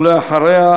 ולאחריה,